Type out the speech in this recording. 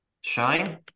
Shine